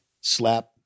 Slap